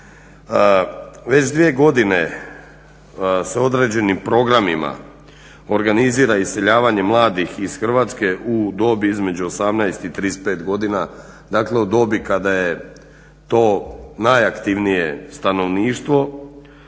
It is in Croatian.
Već dvije godine se određenim programima organizira iseljavanje mladih iz Hrvatske u dobi između 18 i 35 godina, dakle u dobi kada je to najaktivnije stanovništvo